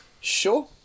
Sure